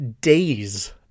days